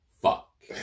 fuck